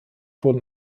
wurden